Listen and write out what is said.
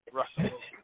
Russell